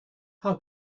how